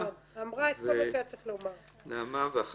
כל